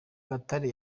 gatare